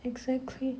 exactly